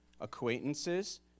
acquaintances